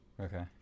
Okay